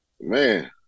Man